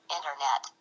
Internet